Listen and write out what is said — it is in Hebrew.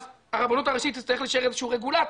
אז הרבנות הראשית תצטרך להישאר איזשהו רגולטור.